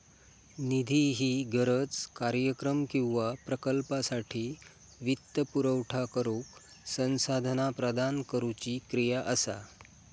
निधी ही गरज, कार्यक्रम किंवा प्रकल्पासाठी वित्तपुरवठा करुक संसाधना प्रदान करुची क्रिया असा